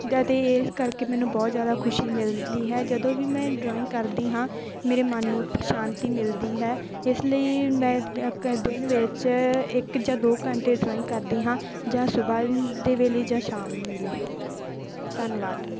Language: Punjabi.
ਅਤੇ ਇਸ ਕਰਕੇ ਮੈਨੂੰ ਬਹੁਤ ਜ਼ਿਆਦਾ ਖੁਸ਼ੀ ਮਿਲਦੀ ਹੈ ਜਦੋਂ ਵੀ ਮੈਂ ਡਰਾਇੰਗ ਕਰਦੀ ਹਾਂ ਮੇਰੇ ਮਨ ਨੂੰ ਇੱਕ ਸ਼ਾਂਤੀ ਮਿਲਦੀ ਹੈ ਇਸ ਲਈ ਮੈਂ ਦਿਨ ਵਿੱਚ ਇੱਕ ਜਾਂ ਦੋ ਘੰਟੇ ਡਰਾਇੰਗ ਕਰਦੀ ਹਾਂ ਜਾਂ ਸੁਬਹਾ ਦੇ ਵੇਲੇ ਜਾਂ ਸ਼ਾਮ ਵੇਲੇ ਧੰਨਵਾਦ